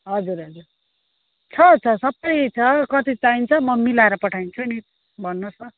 हजुर हजुर छ छ सबै छ कति चाहिन्छ म मिलाएर पठाइदिन्छु नि भन्नुहोस् न